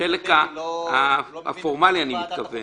בחלק הפורמלי, אני מתכוון.